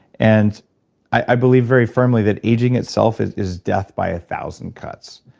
and i believe very firmly that aging itself is is death by a thousand cuts.